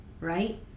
Right